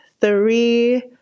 three